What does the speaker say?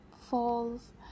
falls